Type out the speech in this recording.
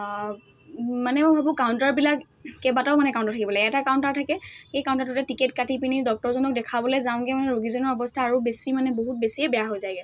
মানে মই ভাবোঁ কাউণ্টাৰবিলাক কেইবাটাও মানে কাউণ্টাৰ থাকিব লাগে এটা কাউণ্টাৰ থাকে সেই কাউণ্টাৰটোতে টিকেট কাটি পিনি ডক্টৰজনক দেখাবলৈ যাওঁগৈ মানে ৰোগীজনৰ অৱস্থা আৰু বেছি মানে বহুত বেছিয়ে বেয়া হৈ যায়গৈ